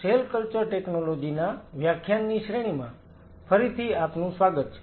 cell culture technology ના વ્યાખ્યાનની શ્રેણીમાં ફરીથી આપનું સ્વાગત છે